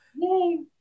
Yay